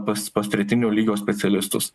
pas pas tretinio lygio specialistus